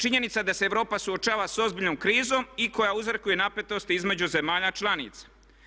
Činjenica je da se Europa suočava s ozbiljnom krizom i koja uzrokuje napetosti između zemalja članica.